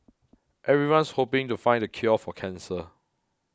everyone's hoping to find the cure for cancer